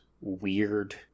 weird